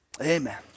Amen